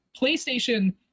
PlayStation